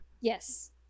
Yes